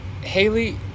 Haley